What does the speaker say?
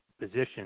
position